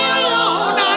alone